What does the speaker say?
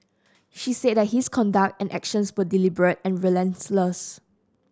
she said that his conduct and actions were deliberate and relentless